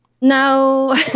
No